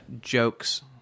jokes